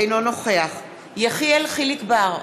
אינו נוכח יחיאל חיליק בר,